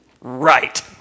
Right